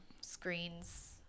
screens